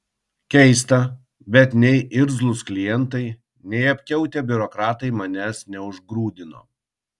keista bet nei irzlūs klientai nei apkiautę biurokratai manęs neužgrūdino